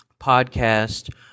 podcast